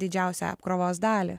didžiausią apkrovos dalį